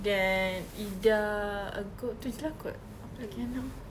then ida ah kot itu saja lah kot lagi enam